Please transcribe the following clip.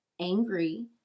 angry